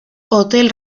hotel